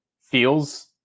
feels